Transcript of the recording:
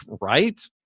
right